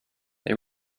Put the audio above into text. they